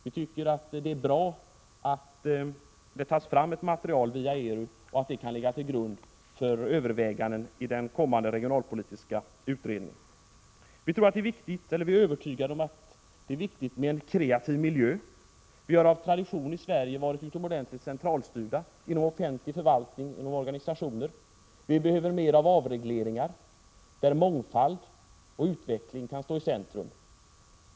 Vi tycker att det är bra att det via ERU tas fram ett material som kan ligga till grund för överväganden i den kommande regionalpolitiska utredningen. För det sjätte är det viktigt med en kreativ miljö. Vi har av tradition i Sverige varit utomordentligt centralstyrda inom offentlig förvaltning och inom organisationer. Vi behöver mer av avregleringar, så att mångfald och utveckling kan stå i centrum.